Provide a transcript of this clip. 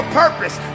purpose